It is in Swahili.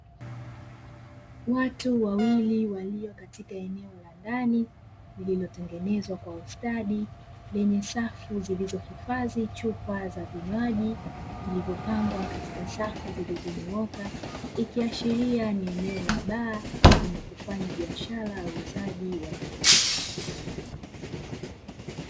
Watu wawili walio katika eneo la ndani lililotengenezwa kwa ustadi, lenye safu zilizohifadhi chupa za vinywaji vilivyopangwa katika safu zilizonyooka, ikiashiria ni eneo la baa lenye kufanya biashara ya uuzaji wa vinywaji.